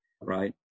right